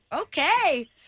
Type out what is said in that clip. okay